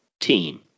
team